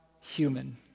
human